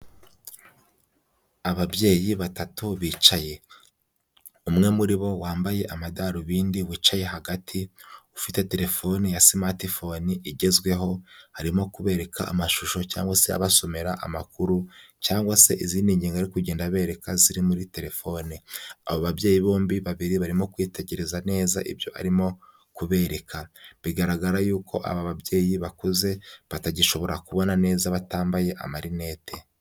Ababyeyi batatu bicaye, umwe muri bo wambaye amadarubindi wicaye hagati ufite telefoni ya smartphone igezweho, arimo kubereka amashusho cyangwa se abasomera amakuru cyangwa se izindi ngingo ari kugenda abereka ziri muri telefone. Aba babyeyi bombi babiri barimo kwitegereza neza ibyo arimo kubereka, bigaragara yuko aba babyeyi bakuze batagishobora kubona neza batambaye amarinete.